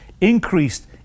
increased